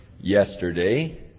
Yesterday